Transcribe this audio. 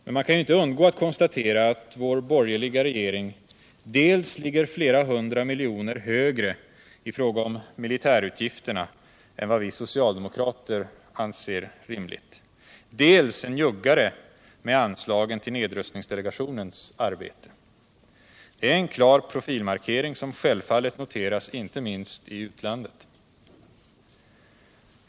Men man kan ju inte undgå att konstatera att vår borgerliga regering dels ligger flera hundra miljoner högre i fråga om militärutgifterna än vad vi socialdemokrater anser rimligt, dels är njuggare med anslagen till nedrustningsdelegationens arbete. Det är en klar profilmarkering, som självfallet noteras inte minst i utlandet.